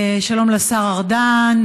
שלום לשר ארדן.